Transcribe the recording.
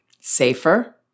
safer